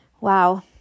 Wow